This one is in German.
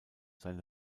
seine